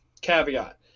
caveat